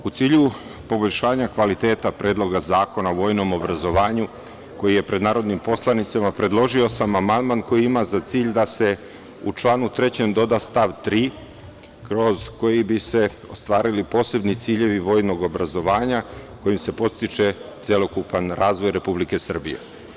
U cilju poboljšanja kvaliteta Predloga zakona o vojnom obrazovanju koji je pred narodnim poslanicima predložio sam amandman koji ima za cilj da se u članu 3. doda stav 3. kroz koji bi se ostvarili posebnim ciljevi vojnog obrazovanja kojim se podstiče celokupni razvoj Republike Srbije.